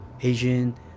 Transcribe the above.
Asian